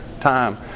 time